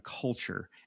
culture